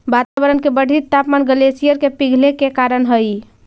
वातावरण के बढ़ित तापमान ग्लेशियर के पिघले के कारण हई